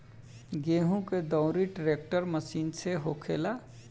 गेहूं के दउरी ट्रेक्टर मशीन से होखेला